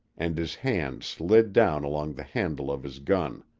and his hand slid down along the handle of his gun.